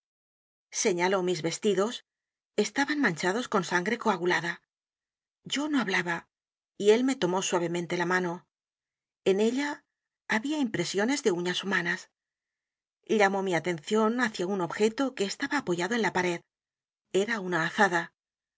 señaló mis vestidos estaban manchados con s a n g r e coagulada yo no hablaba y él me tomó suavemente la m a n o en ella había impresiones de uñas h u m a n a s llamó mi atención hacia un objeto que estaba apoyado en la p a r e d era una azada